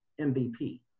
MVP